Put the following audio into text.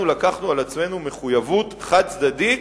אנחנו לקחנו על עצמנו מחויבות חד-צדדית,